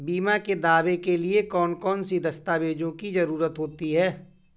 बीमा के दावे के लिए कौन कौन सी दस्तावेजों की जरूरत होती है?